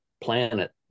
planet